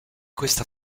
questa